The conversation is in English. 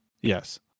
yes